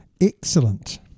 Excellent